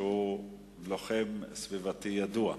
שהוא לוחם סביבתי ידוע.